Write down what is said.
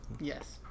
Yes